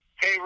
Hey